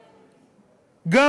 פטם?